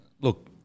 look